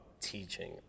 teaching